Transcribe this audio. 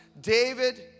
David